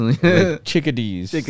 Chickadees